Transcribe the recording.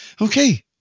Okay